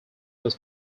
was